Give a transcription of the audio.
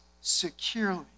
securely